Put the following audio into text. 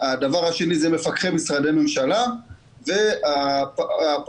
השנייה הם מפקחי משרדי הממשלה והשלישית אלה